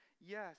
Yes